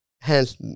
Hence